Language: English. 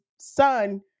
son